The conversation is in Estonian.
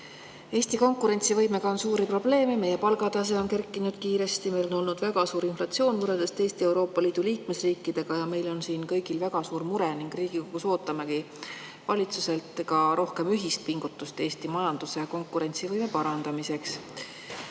Eesti konkurentsivõimega on suuri probleeme. Meie palgatase on kerkinud kiiresti ja meil on olnud väga suur inflatsioon võrreldes teiste Euroopa Liidu liikmesriikidega. Meil on siin kõigil väga suur mure ning Riigikogus ootamegi valitsuselt rohkem ühist pingutust Eesti majanduse konkurentsivõime parandamiseks.